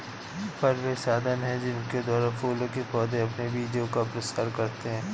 फल वे साधन हैं जिनके द्वारा फूलों के पौधे अपने बीजों का प्रसार करते हैं